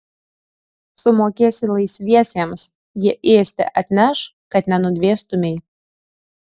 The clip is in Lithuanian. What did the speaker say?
sumokėsi laisviesiems jie ėsti atneš kad nenudvėstumei